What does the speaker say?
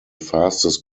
fastest